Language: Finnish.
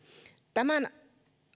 tämän